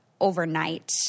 overnight